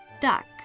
Duck